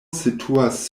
situas